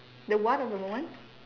the what of the moment